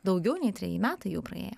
daugiau nei treji metai jau praėjo